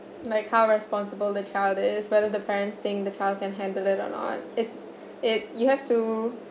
like how responsible the child is whether the parents think the child can handle it or not is it you have to